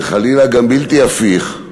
וחלילה גם בלתי הפיך.